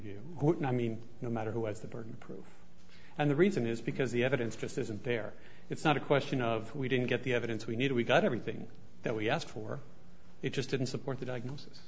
review i mean no matter who has the burden of proof and the reason is because the evidence just isn't there it's not a question of we didn't get the evidence we need we got everything that we asked for it just didn't support the diagnosis